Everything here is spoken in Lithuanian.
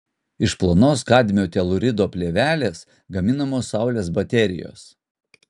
iš plonos kadmio telūrido plėvelės gaminamos saulės baterijos